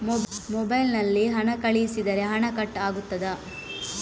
Mobile ನಲ್ಲಿ ಹಣ ಕಳುಹಿಸಿದರೆ ಹಣ ಕಟ್ ಆಗುತ್ತದಾ?